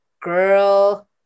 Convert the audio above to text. girl